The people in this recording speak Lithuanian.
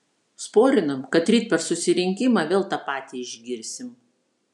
sporinam kad ryt per susirinkimą vėl tą patį išgirsim